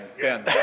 Ben